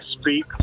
speak